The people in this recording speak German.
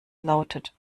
lautet